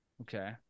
Okay